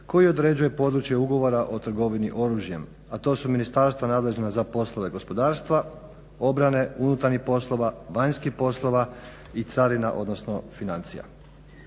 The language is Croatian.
koji određuje područje ugovora o trgovini oružjem, a to su ministarstva nadležna za poslove gospodarstva, obrane, unutarnjih poslova, vanjskih poslova i carina odnosno financija.